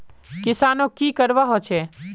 किसानोक की करवा होचे?